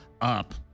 up